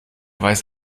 weiß